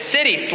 City